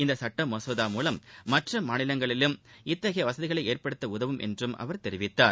இந்த சுட்டமசோதா மூலம் மற்ற மாநிலங்களிலும் இத்தகைய வசதிகளை ஏற்படுத்த உதவும் என்றும் அவர் தெரிவித்தார்